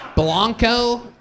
Blanco